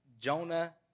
Jonah